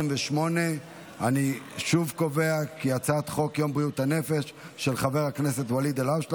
28. אני שוב קובע כי הצעת חוק יום בריאות הנפש של חבר הכנסת ואליד אלהואשלה